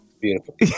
Beautiful